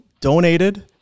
donated